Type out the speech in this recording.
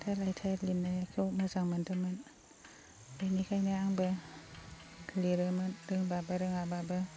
खन्थाइ रायथाय लिरनायखौ मोजां मोन्दोंमोन बेनिखायनो आंबो लिरोमोन रोंबाबो रोङाबाबो